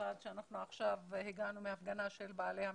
במיוחד שעכשיו הגענו מהפגנה של בעלי המסעדות.